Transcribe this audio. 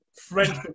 French